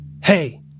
Hey